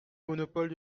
monopole